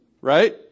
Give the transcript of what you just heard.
right